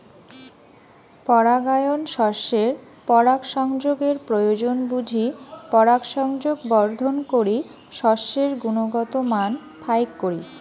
পরাগায়ন শস্যের পরাগসংযোগের প্রয়োজন বুঝি পরাগসংযোগ বর্ধন করি শস্যের গুণগত মান ফাইক করি